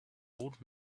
old